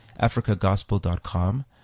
AfricaGospel.com